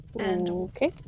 Okay